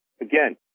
Again